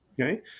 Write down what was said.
Okay